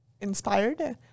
inspired